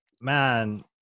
man